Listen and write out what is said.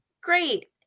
great